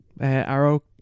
Arrow